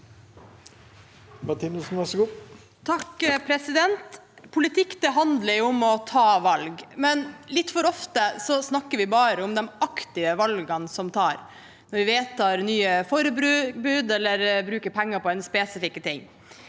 Politikk handler om å ta valg, men litt for ofte snakker vi bare om de aktive valgene som tas, når vi vedtar nye forbud eller bruker penger på en spesifikk ting.